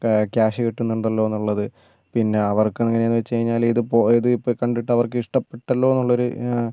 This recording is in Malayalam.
ക്യാഷ് കിട്ടുന്നുണ്ടല്ലോ എന്നുള്ളത് പിന്നെ അവർക്കെങ്ങനെന്ന് വെച്ച് കഴിഞ്ഞാൽ ഇതിപ്പോൾ ഇത് പോയത് കണ്ടിട്ട് അവർക്ക് ഇഷ്ട്ടപ്പെട്ടല്ലോന്നുള്ളൊരു